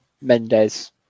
Mendes